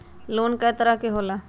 Loan कय तरह के होला?